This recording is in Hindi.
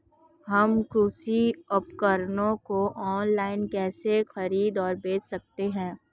हम कृषि उपकरणों को ऑनलाइन कैसे खरीद और बेच सकते हैं?